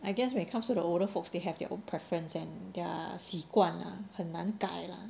I guess when it comes to the older folks they have their own preference and their 习惯 lah 很难改 lah